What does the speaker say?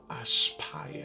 aspire